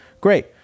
Great